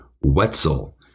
Wetzel